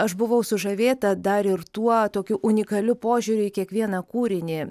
aš buvau sužavėta dar ir tuo tokiu unikaliu požiūriu į kiekvieną kūrinį